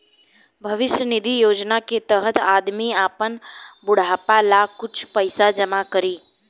भविष्य निधि योजना के तहत आदमी आपन बुढ़ापा ला कुछ पइसा जमा करी